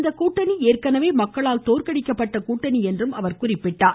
இந்த கூட்டணி ஏற்கெனவே மக்களால் தோற்கடிக்கப்பட்ட கூட்டணி என்றும் அவர் தெரிவித்தார்